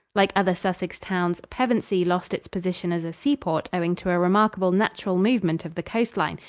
like other sussex towns, pevensey lost its position as a seaport owing to a remarkable natural movement of the coast line,